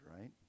right